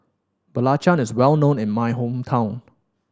belacan is well known in my hometown